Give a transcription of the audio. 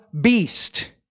beast